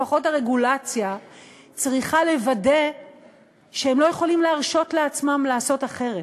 לפחות הרגולציה צריכה לוודא שהם לא יכולים להרשות לעצמם לעשות אחרת.